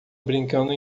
brincando